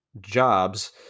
jobs